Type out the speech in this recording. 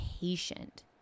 patient